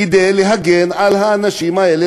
כדי להגן על האנשים האלה,